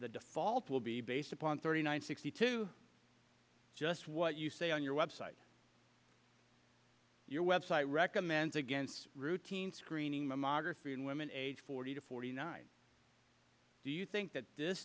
the default will be based upon thirty nine sixty two just what you say on your web site your website recommends against routine screening mammography and women age forty to forty nine do you think that this